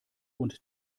und